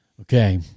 Okay